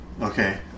Okay